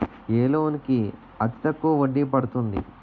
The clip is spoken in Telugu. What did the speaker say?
ఏ లోన్ కి అతి తక్కువ వడ్డీ పడుతుంది?